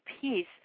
peace